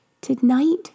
Tonight